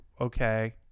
okay